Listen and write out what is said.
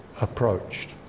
approached